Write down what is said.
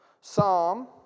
Psalm